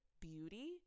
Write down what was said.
beauty